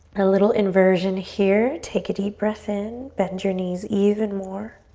a little inversion here. take a deep breath in. bend your knees even more.